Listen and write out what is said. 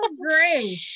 great